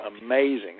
amazing